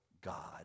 God